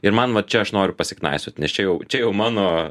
ir man va čia aš noriu pasiknaisiot nes čia jau čia jau mano